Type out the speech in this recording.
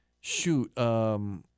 shoot